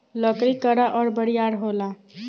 लकड़ी कड़ा अउर बरियार होला